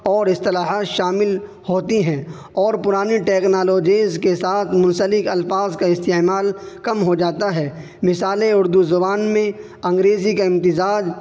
اور اصطلاحات شامل ہوتی ہیں اور پرانی ٹیکنالوجیز کے ساتھ منسلک الفاظ کا استعمال کم ہو جاتا ہے مثالیں اردو زبان میں انگریزی کا امتزاج